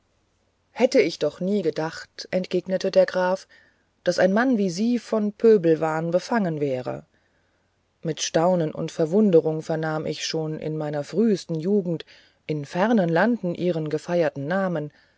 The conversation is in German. hätte ich doch nie gedacht entgegnete der graf daß ein mann wie sie von pöbelwahn befangen wäre mit staunen und verwunderung vernahm ich schon in meiner frühesten jugend in fernen landen ihren gefeierten namen